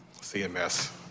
CMS